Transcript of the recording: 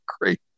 great